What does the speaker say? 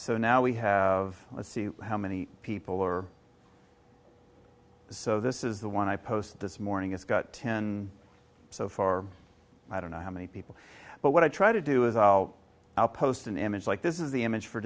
so now we have to see how many people are so this is the one i post this morning it's gotten so far i don't know how many people but what i try to do is i'll i'll post an image like this is the image for